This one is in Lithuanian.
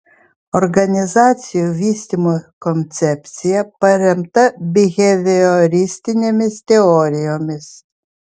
organizacijų vystymo koncepcija paremta bihevioristinėmis teorijomis